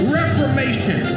reformation